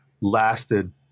lasted